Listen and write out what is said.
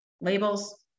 Labels